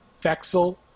Fexel